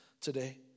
today